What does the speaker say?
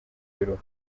y’uruhu